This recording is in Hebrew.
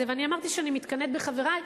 ואני אמרתי שאני מתקנאת בחברי,